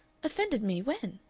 offended me when?